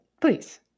Please